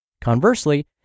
Conversely